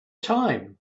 time